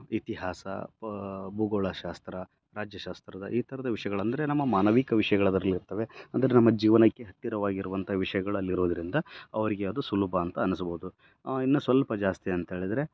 ಇತಿಹಾಸ ಪ ಭುಗೋಳಶಾಸ್ತ್ರ ರಾಜ್ಯಶಾಸ್ತ್ರದ ಈ ಥರದ ವಿಷಯಗಳು ಅಂದರೆ ನಮ್ಮ ಮಾನವಿಕ ವಿಷಯಗಳು ಅದ್ರಲಿರ್ತವೆ ಅಂದರೆ ನಮ್ಮ ಜೀವನಕ್ಕೆ ಹತ್ತಿರವಾಗಿರುವಂಥ ವಿಷಯಗಳು ಅಲ್ಲಿರೋದರಿಂದ ಅವರಿಗೆ ಅದು ಸುಲಭ ಅಂತ ಅನ್ಸ್ಬೌದು ಇನ್ನ ಸ್ವಲ್ಪ ಜಾಸ್ತಿ ಅಂತೇಳಿದರೆ